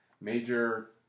major